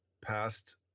passed